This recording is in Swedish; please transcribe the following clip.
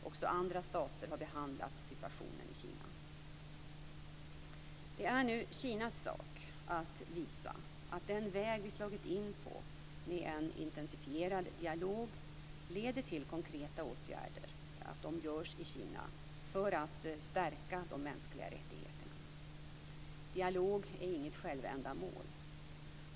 Också andra stater har behandlat situationen i Kina. Det är nu Kinas sak att visa att den väg vi slagit in på med en intensifierad dialog leder till att konkreta åtgärder vidtas i Kina för att stärka de mänskliga rättigheterna. Dialog är inget självändamål.